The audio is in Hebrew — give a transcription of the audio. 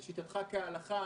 לשיטתך כהלכה.